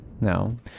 No